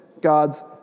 God's